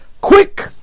Quick